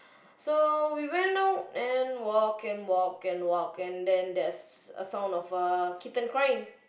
so we went out and walk and walk and walk and then there's a sound of a kitten crying